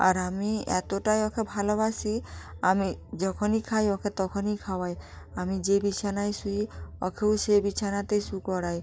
আর আমি এতটাই ওকে ভালোবাসি আমি যখনই খাই ওকে তখনই খাওয়াই আমি যে বিছানায় শুই ওকেও সেই বিছানাতে শু করাই